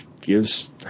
gives